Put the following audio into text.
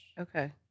Okay